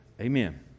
Amen